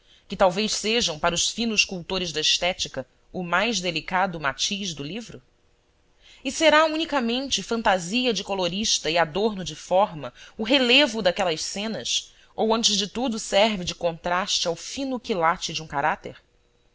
que talvez sejam para os finos cultores da estética o mais delicado matiz do livro e será unicamente fantasia de colorista e adorno de forma o relevo daquelas cenas ou antes de tudo serve de contraste ao fino quilate de um caráter